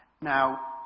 Now